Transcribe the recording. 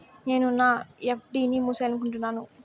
నేను నా ఎఫ్.డి ని మూసేయాలనుకుంటున్నాను